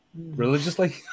Religiously